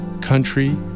Country